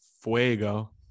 fuego